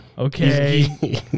okay